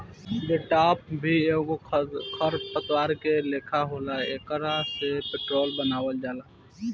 jatropha भी एगो खर पतवार के लेखा होला एकरा से पेट्रोल बनावल जाला